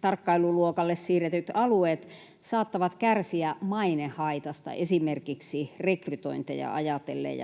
tarkkailuluokalle siirretyt alueet saattavat kärsiä mainehaitasta esimerkiksi rekrytointeja ajatellen.